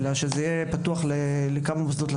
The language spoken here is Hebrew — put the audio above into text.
אלא שזה יהיה פתוח לכלל המוסדות.